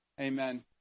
Amen